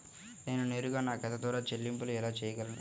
నేను నేరుగా నా ఖాతా ద్వారా చెల్లింపులు ఎలా చేయగలను?